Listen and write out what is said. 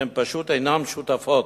והן פשוט אינן שותפות,